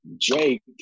Jake